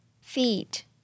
feet